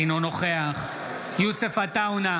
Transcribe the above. אינו נוכח יוסף עטאונה,